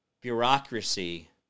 bureaucracy